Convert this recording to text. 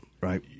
Right